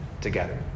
together